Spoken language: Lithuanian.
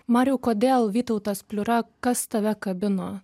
mariau kodėl vytautas pliura kas tave kabino